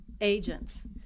agents